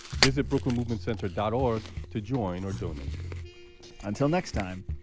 visit brooklynmovementcenter dot org to join or donate until next time.